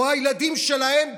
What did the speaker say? או הילדים שלהם בחו"ל,